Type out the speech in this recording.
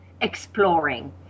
exploring